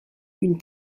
une